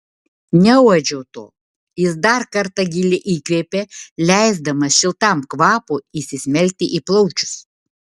neuodžiau to jis dar kartą giliai įkvėpė leisdamas šiltam kvapui įsismelkti į plaučius